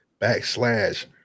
backslash